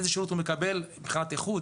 איזה שירות הוא מקבל מבחינת איכות,